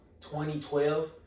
2012